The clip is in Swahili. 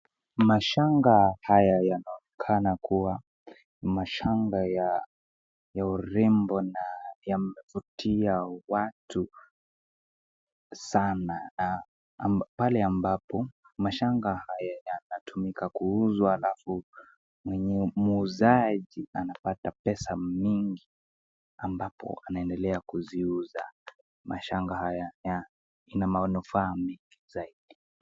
Mashanga haya yanaonekana kua ni mashanga ya urembo, na yamevutia watu sanaa na pale ambapo mashanga haya yenye yanatumika kuuzwa alafu muuzaji anapata pesa mingi ambapo anaendelea kuziuza. Mashanga haya ina manufaa mingi zaidi.